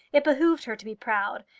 it behoved her to be proud,